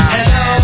Hello